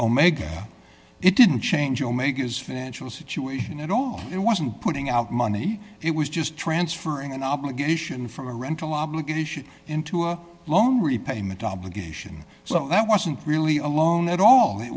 omega it didn't change your maker's financial situation at all it wasn't putting out money it was just transferring an obligation from a rental obligation into a loan repayment obligation so that wasn't really a loan at all it